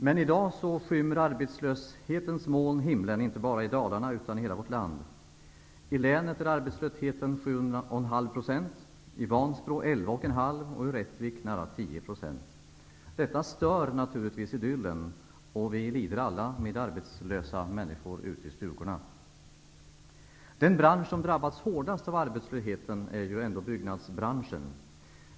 Men i dag skymmer arbetslöshetens moln himlen, inte bara i Dalarna utan i hela vårt land. I länet är arbetslösheten 7,5 %, i Vansbro 11,5 % och i Rättvik nära 10 %. Detta stör naturligtvis idyllen, och vi lider alla med arbetslösa människor ute i stugorna. Den bransch som har drabbats hårdast av arbetslösheten är byggnadsbranschen.